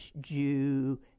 Jew